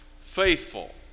faithful